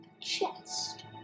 Chest